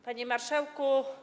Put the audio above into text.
Panie Marszałku!